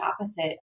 opposite